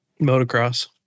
Motocross